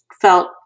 felt